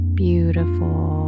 beautiful